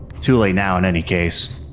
too late now in any case.